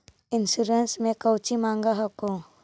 Insurance मे कौची माँग हको?